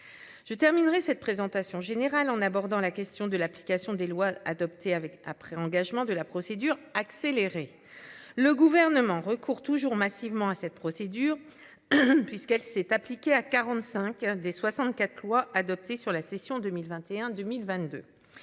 Je terminerai cette présentation générale en abordant la question de l'application des lois adoptées avec après engagement de la procédure accélérée. Le gouvernement recourt toujours massivement à cette procédure. Puisqu'elle s'est appliquée à 45 des 64 loi adoptée sur la session 2021 2022.